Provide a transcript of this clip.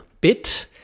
bit